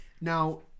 Now